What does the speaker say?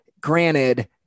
Granted